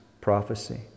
prophecy